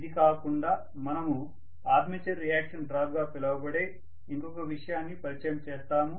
ఇది కాకుండా మనము ఆర్మేచర్ రియాక్షన్ డ్రాప్ గా పిలవబడే ఇంకొక విషయాన్ని పరిచయం చేస్తాము